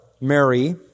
Mary